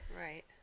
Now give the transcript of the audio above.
right